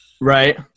right